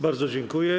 Bardzo dziękuję.